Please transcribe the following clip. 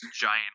giant